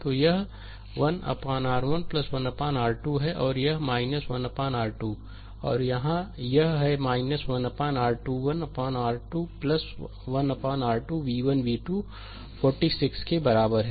तो यह 1 R1 1 R 2 है और यह है 1 R2 और यहाँ यह है 1 R21 R 2 1 R2 v 1 v 2 46 के बराबर है